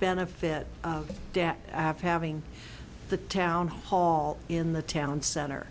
benefit of debt after having the town hall in the town center